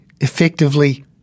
effectively